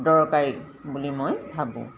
দৰকাৰী বুলি মই ভাবোঁ